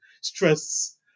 stress